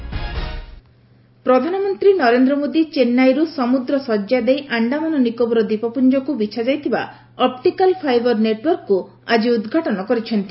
PM optical fibre ପ୍ରଧାନମନ୍ତ୍ରୀ ନରେନ୍ଦ୍ର ମୋଦୀ ଚେନ୍ନାଇରୁ ସମୁଦ୍ର ଶଯ୍ୟା ଦେଇ ଆଶ୍ଡାମାନ ନିକୋବର ଦ୍ୱୀପପୁଞ୍ଜକୁ ବିଛାଯାଇଥିବା ଅପ୍ଳିକାଲ୍ ଫାଇବର୍ ନେଟୱର୍କକୁ ଆଜି ଉଦ୍ଘାଟନ କରିଛନ୍ତି